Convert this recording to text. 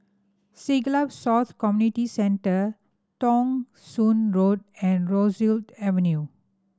Siglap South Community Centre Thong Soon Road and Rosyth Avenue